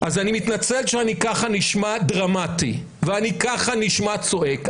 אז אני מתנצל שאני ככה נשמע דרמטי ואני ככה נשמע צועק,